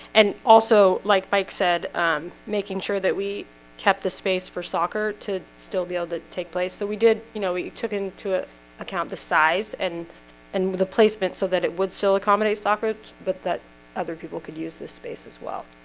and also like mike said making sure that we kept the space for soccer to still be able to take place so we did you know he took into account the size and and the placement so that it would still accommodate soccer but that other people could use this space as well